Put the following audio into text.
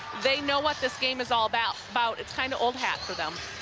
they know what this game is all about about it's kind of old hat for them.